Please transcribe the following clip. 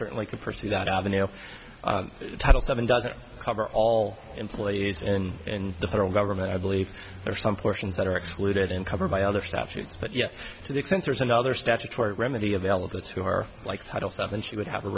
certainly could pursue that avenue of title seven doesn't cover all employees in in the federal government i believe there are some portions that are excluded and covered by other statutes but yes to the extent there is another statutory remedy available to her like title seven she would have a